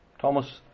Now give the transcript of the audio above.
Thomas